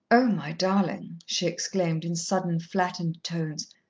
oh, my darling! she exclaimed in sudden flattened tones,